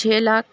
چھ لاکھ